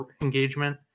engagement